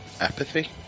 apathy